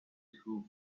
who